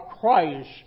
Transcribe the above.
Christ